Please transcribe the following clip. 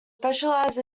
specialised